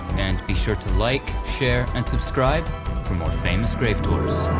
and be sure to like, share, and subscribe for more famous grave tours.